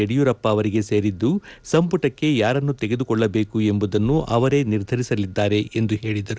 ಯಡಿಯೂರಪ್ಪ ಅವರಿಗೆ ಸೇರಿದ್ದು ಸಂಪುಟಕ್ಕೆ ಯಾರನ್ನು ತೆಗೆದುಕೊಳ್ಳಬೇಕು ಎಂಬುದನ್ನು ಅವರೇ ನಿರ್ಧರಿಸಲಿದ್ದಾರೆ ಎಂದು ಹೇಳಿದರು